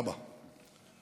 אבא,